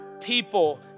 people